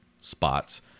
spots